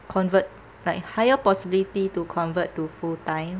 convert like higher possibility to convert to full time